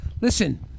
Listen